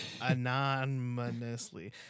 Anonymously